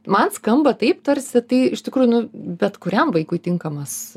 man skamba taip tarsi tai iš tikrųjų nu bet kuriam vaikui tinkamas